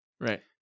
Right